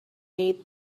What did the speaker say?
made